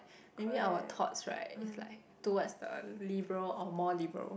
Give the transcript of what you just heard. maybe our thoughts right is like towards the liberal or more liberal